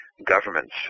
governments